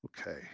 Okay